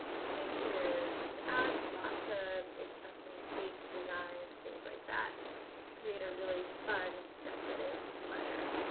figures, you could add lots of interesting shapes designs things like that to create a really fun decorative letter